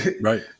Right